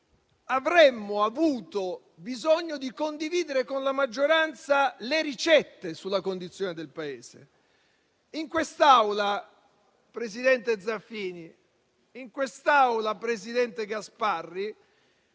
avremmo avuto bisogno di condividere con la maggioranza le ricette sulla condizione del Paese. In quest'Aula - presidente Zaffini, presidente Gasparri